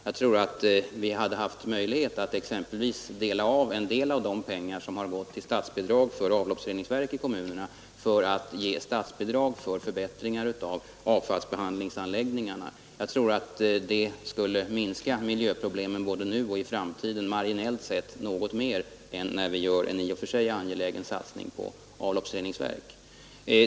Jag tror att vi hade haft möjligheter att exempelvis ta undan litet av de pengar som gått till statsbidrag för avloppsreningsverk i kommunerna och använda dem till förbättring av avfallsbehandlingsanläggningarna. Jag tror att det skulle minska miljöproblemen både nu och i framtiden marginellt sett något mer än när vi gör en i och för sig angelägen satsning på avloppsreningsverk.